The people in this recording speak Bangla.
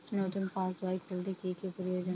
নতুন পাশবই খুলতে কি কি প্রয়োজন?